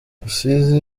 rusizi